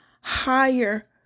higher